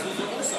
היה זוזו מוסא.